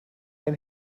ein